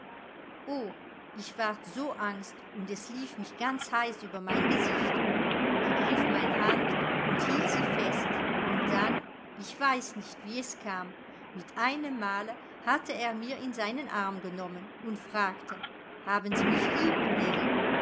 o ich ward so angst und es lief mich ganz heiß über mein gesicht er griff mein hand und hielt sie fest und dann ich weiß nicht wie es kam mit einem male hatte er mir in seinen arm genommen und fragte haben sie mich lieb